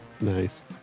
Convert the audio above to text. Nice